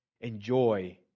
enjoy